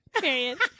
Period